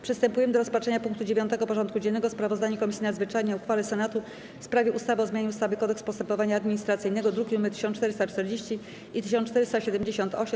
Przystępujemy do rozpatrzenia punktu 9. porządku dziennego: Sprawozdanie Komisji Nadzwyczajnej o uchwale Senatu w sprawie ustawy o zmianie ustawy - Kodeks postępowania administracyjnego (druki nr 1440 i 1478)